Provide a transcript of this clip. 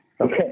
Okay